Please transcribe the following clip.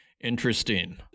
Interesting